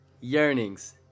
yearnings